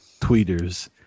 tweeters